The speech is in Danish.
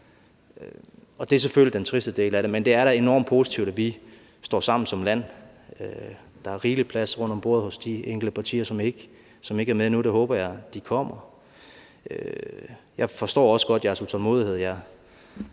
og det er selvfølgelig den triste del af det. Men det er da enormt positivt, at vi står sammen som land. Der er rigelig plads rundt om bordet til de enkelte partier, som ikke er med endnu. Det håber jeg de kommer. Jeg forstår også godt jeres utålmodighed.